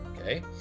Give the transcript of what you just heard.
Okay